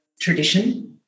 tradition